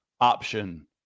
option